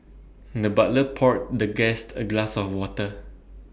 the butler poured the guest A glass of water